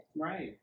Right